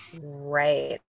Right